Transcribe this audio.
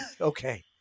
Okay